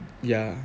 yeah